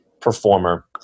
performer